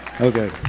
Okay